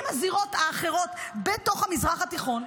ועם הזירות האחרות בתוך המזרח התיכון,